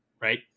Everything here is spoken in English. right